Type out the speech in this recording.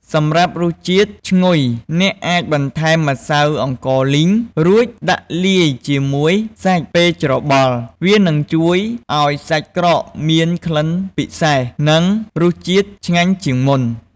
សម្រាប់រសជាតិឈ្ងុយ អ្នកអាចបន្ថែមម្សៅអង្ករលីង រួចដាក់លាយជាមួយសាច់ពេលច្របល់ វានឹងជួយឱ្យសាច់ក្រកមានក្លិនពិសេស និងរសជាតិឆ្ងាញ់ជាងមុន។